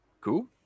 Cool